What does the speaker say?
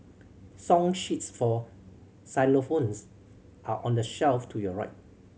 song sheets for xylophones are on the shelf to your right